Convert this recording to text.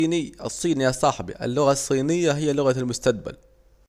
الصين يا صاحبي، اللغة الصينية هي لغة المستجبل